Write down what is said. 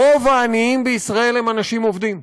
רוב העניים בישראל הם אנשים עובדים,